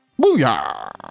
Booyah